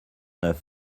neuf